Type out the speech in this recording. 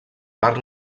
parc